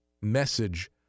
message